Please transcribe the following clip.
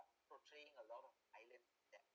portraying a lot of violence that